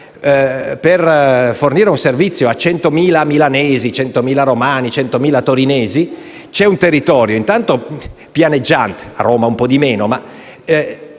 Per fornire un servizio a centomila milanesi, a centomila romani, a centomila torinesi, vi è un territorio, intanto pianeggiante (forse a Roma un po' di meno), dove